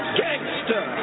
gangster